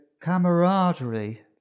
camaraderie